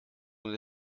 und